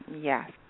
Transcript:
Yes